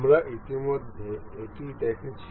আমরা ইতিমধ্যে এটি দেখেছি